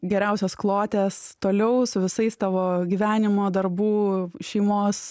geriausios kloties toliau su visais tavo gyvenimo darbų šeimos